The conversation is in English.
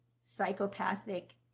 psychopathic